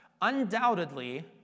Undoubtedly